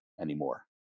anymore